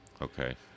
Okay